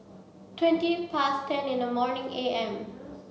twenty past ten in the morning A M